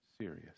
serious